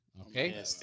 Okay